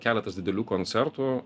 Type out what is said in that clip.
keletas didelių koncertų